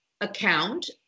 account